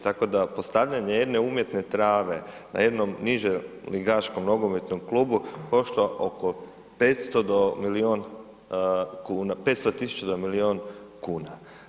Tako da postavljanje jedne umjetne trave na jednom niželigaškom nogometnom klubu košta oko 500 do milion kuna, 500.000 do milion kuna.